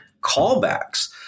callbacks